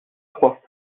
trois